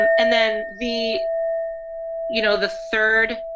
um and then the you know the third